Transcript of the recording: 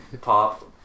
pop